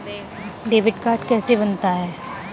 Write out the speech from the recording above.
Debit card कैसे बनता है?